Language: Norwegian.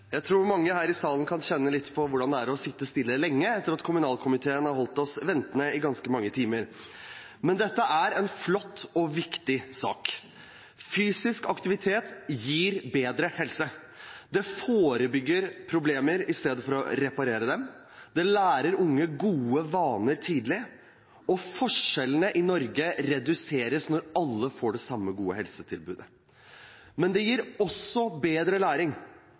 Jeg tror mange her i salen kan kjenne litt på hvordan det er å sitte stille lenge, etter at kommunalkomiteen har holdt oss ventende i ganske mange timer, men dette er en flott og viktig sak. Fysisk aktivitet gir bedre helse. Det forebygger problemer i stedet for å reparere dem, og det lærer unge gode vaner tidlig. Og forskjellene i Norge reduseres når alle får det samme gode helsetilbudet. Men det gir også bedre læring.